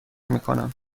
میکنم